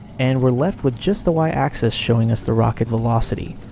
and we're left with just the y axis showing us the rocket velocity.